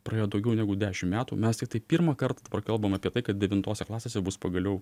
praėjo daugiau negu dešim metų mes tiktai pirmąkart prakalbom apie tai kad devintose klasėse bus pagaliau